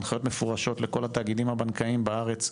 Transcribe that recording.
הנחיות מפורשות לכל התאגידים הבנקאיים בארץ,